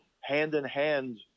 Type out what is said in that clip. hand-in-hand